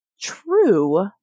true